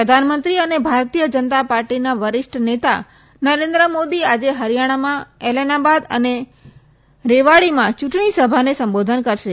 પ્રધાનમંત્રી અને ભારતીય જનતા પાર્ટીના વરિષ્ઠ નેતા નરેન્દ્ર મોદી આજે હરીથાણામાં એલાનાબાદ અને રેવાડીમાં યુંટણી સભાને સંબોધિત કરશે